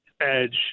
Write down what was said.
edge